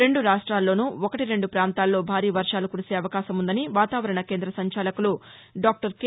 రెండు రాష్టెల్లోనూ ఒకటి రెండు ప్రాంతాల్లో భారీ వర్షాలు కురిసే అవకాశముందని వాతావరణ కేందం సంచాలకులు డాక్టర్ కె